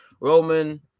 Roman